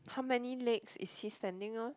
how many legs is he standing on